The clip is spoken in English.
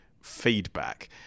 feedback